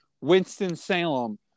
Winston-Salem